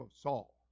Saul